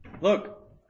Look